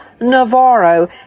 Navarro